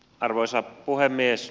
arvoisa puhemies